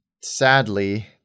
sadly